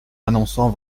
annonçant